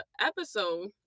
episode